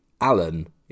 Alan